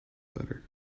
better